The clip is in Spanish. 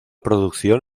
producción